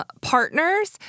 partners